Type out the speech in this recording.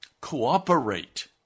cooperate